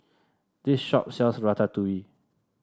this shop sells Ratatouille